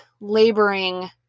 laboring